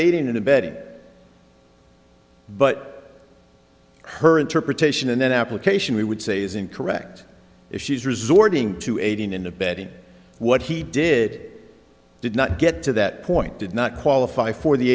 aiding and abetting but her interpretation and then application we would say is incorrect if she's resorting to aiding and abetting what he did did not get to that point did not qualify for the